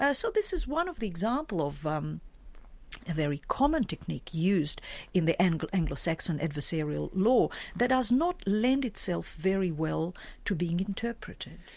ah so this is one of the examples of um a very common technique used in the and anglo-saxon adversarial law, that does not lend itself very well to being interpreted.